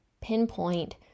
pinpoint